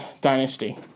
dynasty